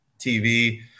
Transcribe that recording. TV